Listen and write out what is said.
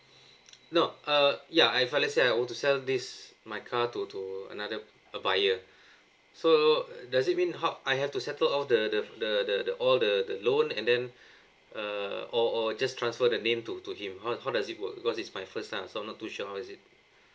no uh ya I if let's say I were to sell this my car to to another a buyer so does it mean ho~ I have to settle all the the the the all the the loan and then uh or or just transfer the name to to him how how does it work cause this my first time so I'm not too sure how is it